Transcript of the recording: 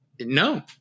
no